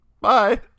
bye